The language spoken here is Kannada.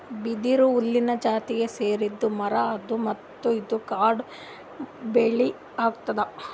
ಬಿದಿರು ಹುಲ್ಲಿನ್ ಜಾತಿಗ್ ಸೇರಿದ್ ಮರಾ ಅದಾ ಮತ್ತ್ ಇದು ಕಾಡ್ ಬೆಳಿ ಅಗ್ಯಾದ್